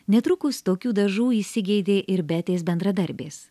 netrukus tokių dažų įsigeidė ir betės bendradarbės